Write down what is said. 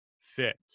fit